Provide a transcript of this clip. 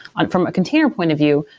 and from a container point of view,